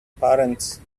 parents